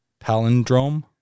Palindrome